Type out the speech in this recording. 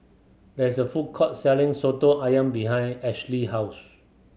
there is a food court selling Soto Ayam behind Ashly's house